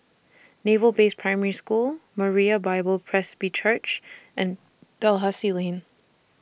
Naval Base Primary School Moriah Bible Presby Church and Dalhousie Lane